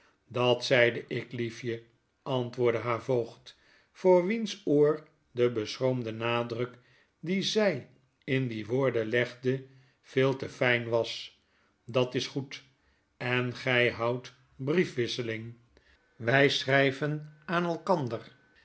dat zeide ik liefje antwoordde haar voogd voor wiens oor de beschroomde nadruk dien zy in die woorden legde veeltefijn was dat is goed en gy houdt briefwisseling awy schryven aan elkander